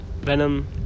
Venom